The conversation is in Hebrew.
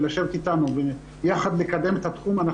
לשבת איתנו וביחד לקדם את התחום,